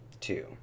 Two